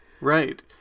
Right